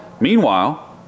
Meanwhile